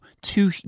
Two